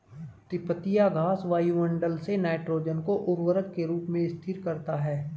तिपतिया घास वायुमंडल से नाइट्रोजन को उर्वरक के रूप में स्थिर करता है